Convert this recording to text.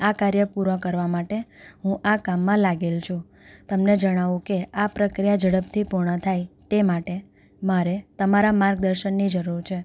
આ કાર્ય પૂર્ણ કરવા માટે હું આ કામમાં લાગેલી છું હું તમને જણાવું કે આ પ્રક્રિયા ઝડપથી પૂર્ણ થાય તે માટે મારે તમારાં માર્ગદર્શનની જરૂર છે